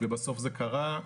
ובסוף זה קרה.